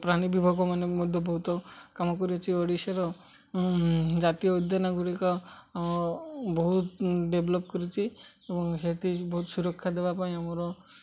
ପ୍ରାଣୀ ବିଭାଗ ମାନେ ମଧ୍ୟ ବହୁତ କାମ କରିଛି ଓଡ଼ିଶାର ଜାତୀୟ ଉଦ୍ୟାନ ଗୁଡ଼ିକ ବହୁତ ଡେଭ୍ଲପ୍ କରିଛି ଏବଂ ସେମିତି ବହୁତ ସୁରକ୍ଷା ଦେବା ପାଇଁ ଆମର